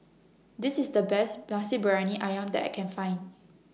This IS The Best Nasi Briyani Ayam that I Can Find